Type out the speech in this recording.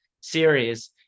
series